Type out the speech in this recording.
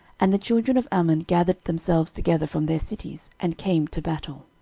and the children of ammon gathered themselves together from their cities, and came to battle.